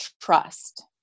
trust